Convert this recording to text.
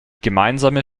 gemeinsame